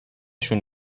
شون